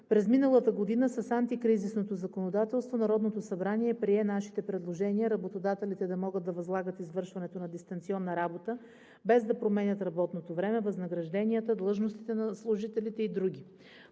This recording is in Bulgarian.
През миналата година с антикризисното законодателство Народното събрание прие нашите предложения работодателите да могат да възлагат извършването на дистанционна работа, без да променят работното време, възнагражденията, длъжностите на служителите и други.